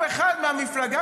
סיקור אוהד,